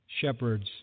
shepherds